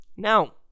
Now